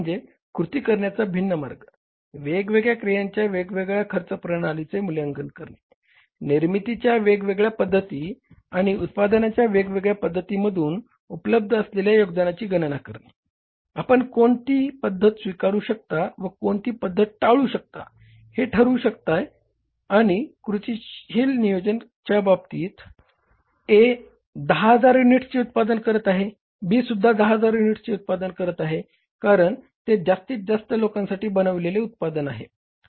दुसरे म्हणजे कृती करण्याचा भिन्न मार्ग वेगवेगळ्या क्रियांच्या वेगवेगळ्या खर्च प्रणालीचे मूल्यांकन करणे निर्मितीच्या वेगवेगळ्या पद्धती आणि उत्पादनांच्या वेगवेगळ्या पद्धतींमधून उपलब्ध असलेल्या योगदानाची गणना करणे आपण कोणती पद्धत स्वीकारू शकता व कोणती पद्धत टाळू शकता हे ठरवू शकता आणि कृतीशील नियोजनाच्या बाबतीत A 10000 युनिट्सचे उत्पादन करत आहे B सुद्धा 10000 युनिट्सचे उत्पादन करत आहे कारण ते जास्तीत जास्त लोकांसाठी बनविलेले उत्पादन आहे